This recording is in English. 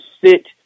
sit